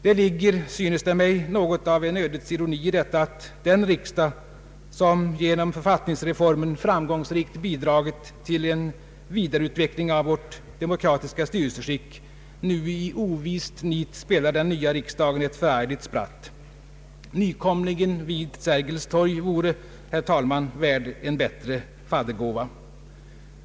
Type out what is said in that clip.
Det ligger, synes det mig, något av en ödets ironi i detta att den riksdag som genom författningsreformen framgångsrikt bidragit till en vidareutveckling av vårt demokratiska styrelseskick nu i ovist nit spelar den nya riksdagen ett förargligt spratt. Nykomlingen vid Sergels torg vore, herr talman, värd en bättre faddergåva.